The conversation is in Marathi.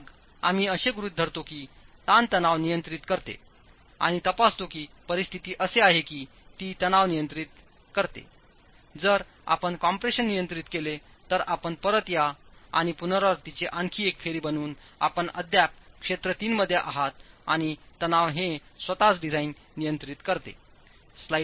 आणि मग आम्ही असे गृहीत धरतो की ताणतणाव नियंत्रित करते आणि तपासतो की परिस्थिती अशी आहे की ती तणाव नियंत्रित करतेजर आपण कॉम्प्रेशन नियंत्रित केले तर आपण परत या आणि पुनरावृत्तीची आणखी एक फेरी बनवून आपण अद्याप क्षेत्र 3 मध्ये आहात आणि तणाव हे स्वतःच डिझाइन नियंत्रित करते